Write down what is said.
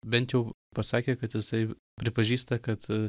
bent jau pasakė kad jisai pripažįsta kad